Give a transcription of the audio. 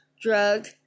drug